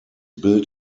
built